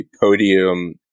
podium